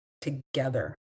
together